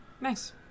nice